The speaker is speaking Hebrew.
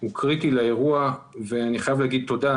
הוא קריטי לאירוע ואני חייב לומר תודה.